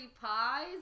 pies